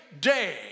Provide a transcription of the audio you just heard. day